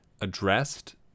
addressed